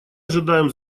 ожидаем